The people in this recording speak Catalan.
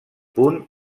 punt